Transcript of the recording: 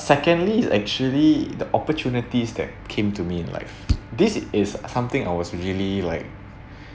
secondly is actually the opportunities that came to me in life this is something I was really like